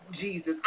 Jesus